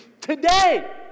today